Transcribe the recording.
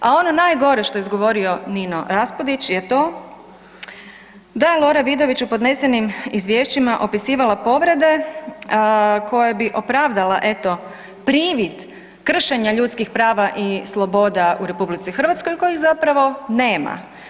A ono najgore što je izgovorio Nino Raspudić je to da je Lora Vidović u podnesenim izvješćima opisivala povrede koje bi opravdale eto privid kršenja ljudskih prava i sloboda u RH kojih zapravo nema.